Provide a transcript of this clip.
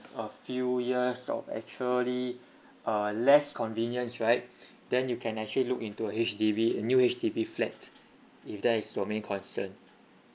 a few years of actually uh less convenience right then you can actually look into a H_D_B a new H_D_B flat if that is your main concern